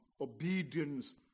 obedience